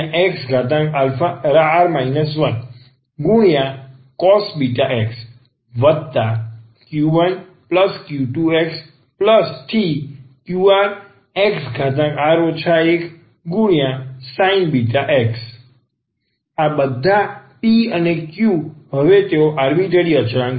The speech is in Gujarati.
yeαxp1p2xprxr 1cos βx q1q2xqrxr 1sin βx અને આ બધા p અને q હવે તેઓ આર્બીટરી અચળાંક છે